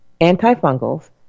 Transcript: antifungals